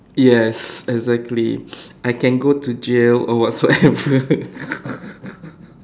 yes exactly I can got to jail or whatsoever